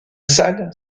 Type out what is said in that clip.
salle